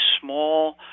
small